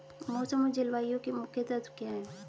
मौसम और जलवायु के मुख्य तत्व क्या हैं?